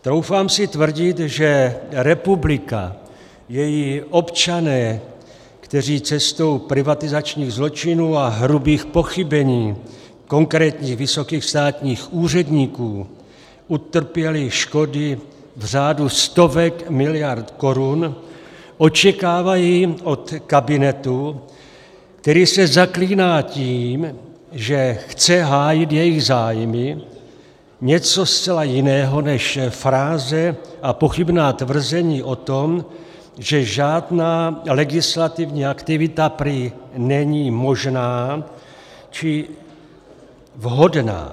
Troufám si tvrdit, že republika, její občané, kteří cestou privatizačních zločinů a hrubých pochybení konkrétních vysokých státních úředníků utrpěli škody v řádu stovek miliard korun, očekávají od kabinetu, který se zaklíná tím, že chce hájit jejich zájmy, něco zcela jiného než fráze a pochybná tvrzení o tom, že žádná legislativní aktivita prý není možná či vhodná.